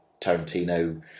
Tarantino